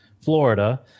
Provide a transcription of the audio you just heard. Florida